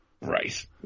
Right